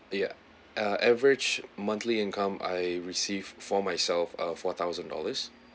yeah ah average monthly income I received for myself ah four thousand dollars